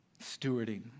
stewarding